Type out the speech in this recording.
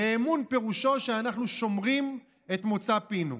ואמון פירושו שאנחנו שומרים את מוצא פינו.